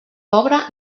pobre